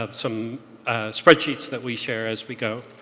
ah some spreadsheets that we share as we go.